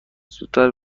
زودتر